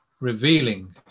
revealing